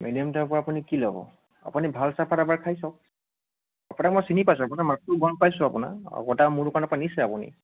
medium টাইপৰ আপুনি কি ল'ব আপুনি ভাল চাহপাত এবাৰ খাই চাওক আপোনাক মই চিনি পাইছোঁ আপোনাৰ মাতটো গম পাইছোঁ আপোনাৰ আগতে মোৰ দোকানৰ পৰা নিছে আপুনি